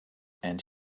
and